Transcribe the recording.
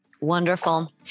Wonderful